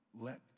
Let